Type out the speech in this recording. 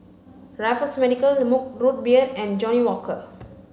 Raffles Medical Mug Root Beer and Johnnie Walker